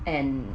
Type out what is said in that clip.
and